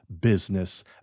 business